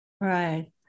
right